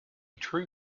true